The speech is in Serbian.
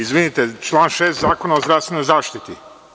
Izvinite, član 6. Zakona o zdravstvenoj zaštiti?